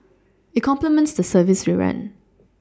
it complements the service we run